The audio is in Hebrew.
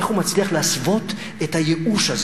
איך הוא מצליח להסוות את הייאוש הזה,